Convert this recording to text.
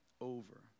over